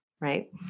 right